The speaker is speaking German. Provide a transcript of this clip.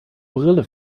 brille